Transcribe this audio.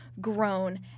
grown